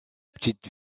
petite